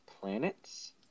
planets